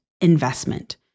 investment